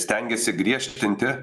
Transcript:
stengiasi griežtinti